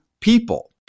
people